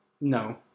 no